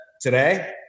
today